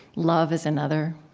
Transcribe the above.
love is another.